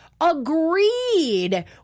agreed